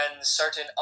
certain